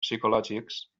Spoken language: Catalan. psicològics